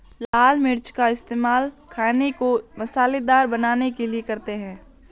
लाल मिर्च का इस्तेमाल खाने को मसालेदार बनाने के लिए करते हैं